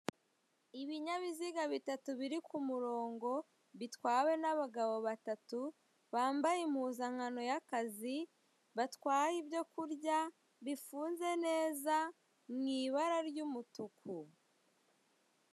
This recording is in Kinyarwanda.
Ibinyabiziga bitatu biri ku murongo, bitwawe n'abagabo batatu bambaye impuzankano y'akazi. Batwaye ibyo kurya bifunze neza mu ibara ry'umutuku.